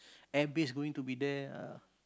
air base going to be there ah